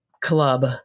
club